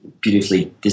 beautifully